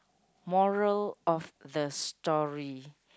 moral of the story